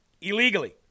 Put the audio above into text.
Illegally